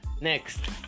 Next